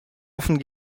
offen